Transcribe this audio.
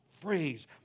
phrase